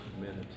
minutes